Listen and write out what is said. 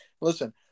Listen